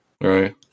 Right